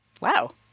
Wow